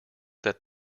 that